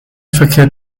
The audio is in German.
verkehrt